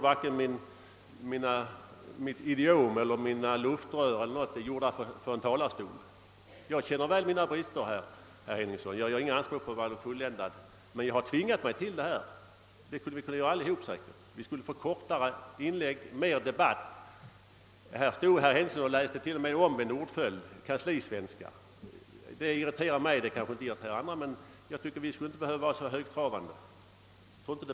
Varken mitt idiom eller mina luftrör är gjorda för en talarstol; jag känner väl mina brister och gör inte anspråk på att vara fulländad. Men jag har tvingat mig till att tala fritt, och det skulle säkerligen alla kunna göra. Därmed skulle vi få kortare inlägg, mer debatt. Herr Henningsson läste från manuskript och använde till och med omvänd ordföljd — kanslisvenska. Sådant irriterar mig, jag tycker inte att vi behöver vara så högtravande.